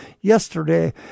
yesterday